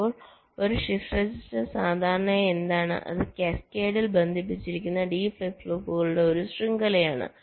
ഇപ്പോൾ ഒരു shift register സാധാരണയായി എന്താണ് അത് കാസ്കേഡിൽ ബന്ധിപ്പിച്ചിരിക്കുന്ന ഡി ഫ്ലിപ്പ് ഫ്ലോപ്പുകളുടെ ഒരു ശൃംഖലയാണ്